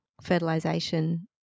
fertilization